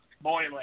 boiling